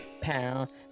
Pound